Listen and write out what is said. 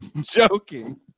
joking